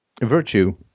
virtue